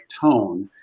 tone